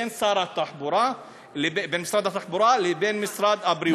בין משרד התחבורה למשרד הבריאות.